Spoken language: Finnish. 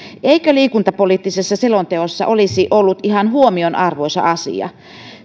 se liikuntapoliittisessa selonteossa olisi ollut ihan huomionarvoisa asia